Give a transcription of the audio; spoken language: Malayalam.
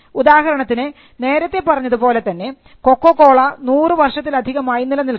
ഉദാഹരണത്തിന് നേരത്തെ പറഞ്ഞതുപോലെ തന്നെ കൊക്കോകോള നൂറു വർഷത്തിലധികമായി നിലനിൽക്കുന്നു